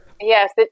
Yes